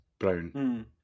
Brown